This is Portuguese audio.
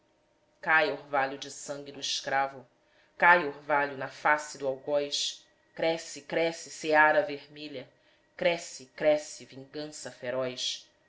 cai orvalho de sangue do escravo cai orvalho na face do algoz cresce cresce seara vermelha cresce cresce vingança feroz